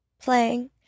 Playing